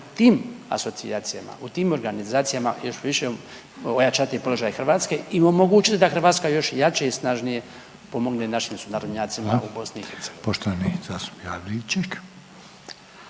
tim asocijacijama, u tim organizacijama još više ojačati položaj Hrvatske i omogućiti da Hrvatska još jače i snažnije pomogne našim sunarodnjacima u Bosni i Hercegovini.